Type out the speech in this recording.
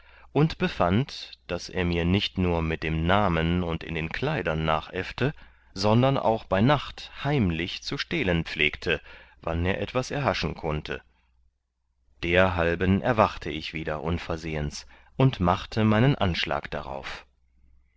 und befand daß er mir nicht nur mit dem namen und in den kleidern nachäffte sondern auch bei nacht heimlich zu stehlen pflegte wann er etwas erhaschen kunnte derhalben erwachte ich wieder unversehens und machte meinen anschlag darauf